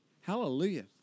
Hallelujah